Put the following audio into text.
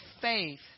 faith